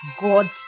god